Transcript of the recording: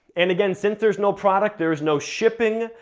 and again, since there's no product, there is no shipping,